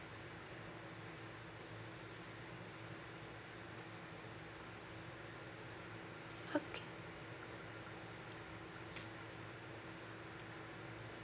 okay